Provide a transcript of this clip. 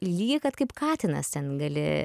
lygį kad kaip katinas ten gali